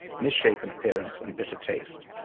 misshapen appearance and bitter taste.